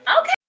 Okay